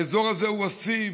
האזור הזה הוא השיא.